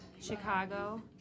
chicago